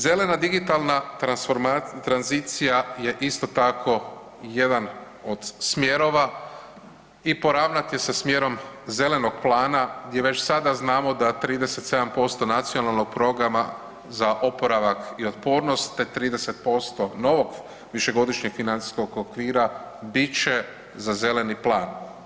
Zelena digitalna tranzicija je isto tako jedan od smjerova i poravnat je sa smjerom zelenog plana gdje već sada znamo da 37% nacionalnog programa za oporavak i otpornost te 30% novog višegodišnjeg financijskog okvira bit će za zeleni plan.